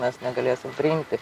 mes negalėsim priimti